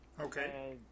Okay